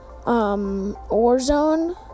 Warzone